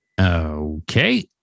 Okay